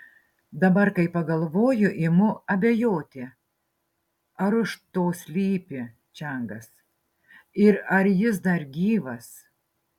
dabar kai pagalvoju imu abejoti ar už to slypi čiangas ir ar jis dar gyvas